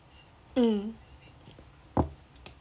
mm